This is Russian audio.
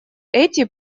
эти